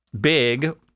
big